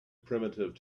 primitive